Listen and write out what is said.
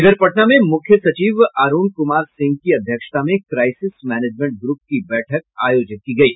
इधर पटना में मुख्य सचिव अरुण कुमार सिंह की अध्यक्षता में क्राइसिस मैनेजमेंट ग्रूप की बैठक आयोजित की गयी